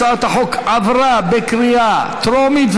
הצעת החוק עברה בקריאה טרומית,